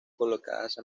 colocadas